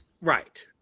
Right